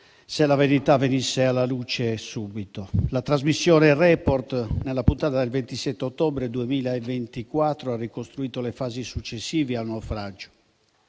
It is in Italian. se la verità venisse alla luce subito - la trasmissione «Report» nella puntata del 27 ottobre 2024 ha ricostruito le fasi successive al naufragio